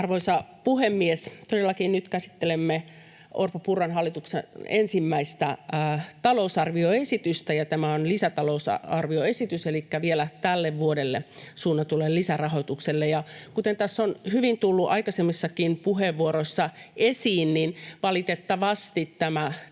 Arvoisa puhemies! Todellakin nyt käsittelemme Orpon—Purran hallituksen ensimmäistä talousarvioesitystä, ja tämä on lisätalousarvioesitys, elikkä vielä tälle vuodelle suunnatulle lisärahoitukselle. Kuten tässä on hyvin tullut aikaisemmissakin puheenvuoroissa esiin, valitettavasti tämä kuvaa